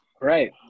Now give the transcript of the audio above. Right